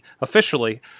officially